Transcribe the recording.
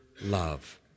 love